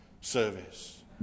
service